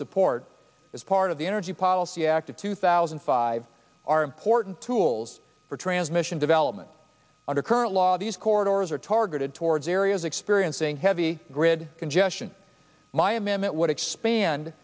support as part of the energy policy act of two thousand and five are important tools for transmission development under current law these corridors are targeted towards areas experiencing heavy grid congestion my m m it would expand